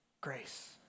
grace